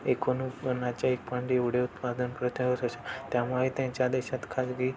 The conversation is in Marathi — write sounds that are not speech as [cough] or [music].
एकूण उत्पन्नाच्या एक पॉईंट एवढे उत्पादन [unintelligible] त्यामुळे त्यांच्या देशात खासगी